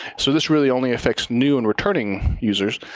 so this really only affects new and returning users.